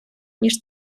ніж